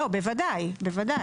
בוודאי.